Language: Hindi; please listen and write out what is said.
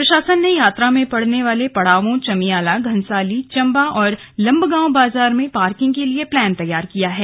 प्रशासन ने यात्रा में पड़ने वाले पड़ावों चमियाला घनसाली चंबा और लम्बगांव बाजार में पार्किंग के लिये प्लान तैयार किया है